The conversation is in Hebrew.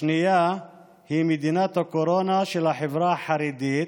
השנייה היא מדינת הקורונה של החברה החרדית,